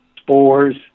spores